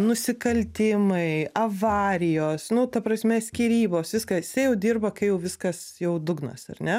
nusikaltimai avarijos nu ta prasme skyrybos viską jisai jau dirba kai jau viskas jau dugnas ar ne